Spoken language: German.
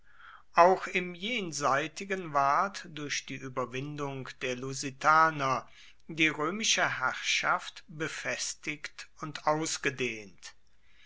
auch im jenseitigen ward durch die überwindung der lusitaner die römische herrschaft befestigt und ausgedehnt